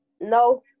No